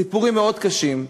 סיפורים מאוד קשים.